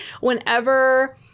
Whenever